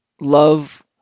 Love